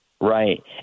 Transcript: Right